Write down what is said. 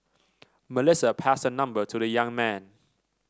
Melissa passed her number to the young man